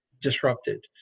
disrupted